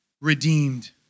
redeemed